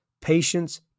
patience